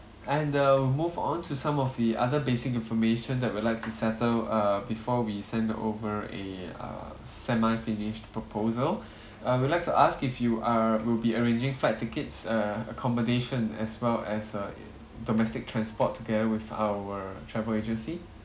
and uh move on to some of the other basic information that we'd like to settle err before we send over a err semi finished proposal I would like to ask if you are we'll be arranging flight tickets uh accommodation as well as uh domestic transport together with our travel agency